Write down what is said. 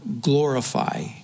glorify